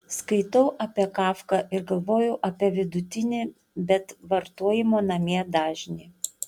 skaitau apie kafką ir galvoju apie vidutinį bet vartojimo namie dažnį